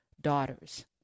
daughters